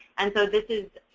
and so, this is,